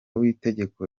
w’itegeko